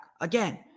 Again